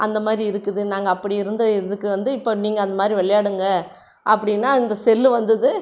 அந்தமாதிரி இருக்குதுன்னு நாங்கள் அப்படி இருந்த இதுக்கு வந்து இப்போ நீங்கள் அந்தமாதிரி விளையாடுங்க அப்படினா அந்த செல்லு வந்தது